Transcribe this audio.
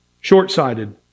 short-sighted